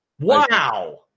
Wow